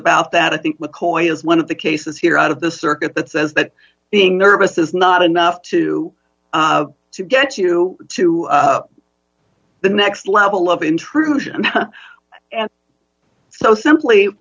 about that i think mccoy is one of the cases here out of the circuit that says that being nervous is not enough to to get you to the next level of intrusion so simply